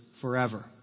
forever